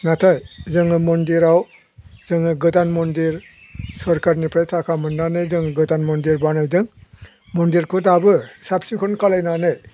नाथाय जोङो मन्दिराव जोङो गोदान मन्दिर सोरखारनिफ्राय थाखा मोननानै जों गोदान मन्दिर बानायदों मन्दिरखौ दाबो साब सिखन खालामनानै